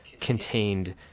contained